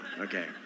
Okay